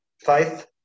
Faith